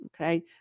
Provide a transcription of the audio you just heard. okay